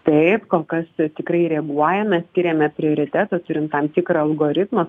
taip kol kas tikrai reaguojam mes skiriame prioritetą turim tam tikrą algoritmą